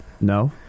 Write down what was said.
No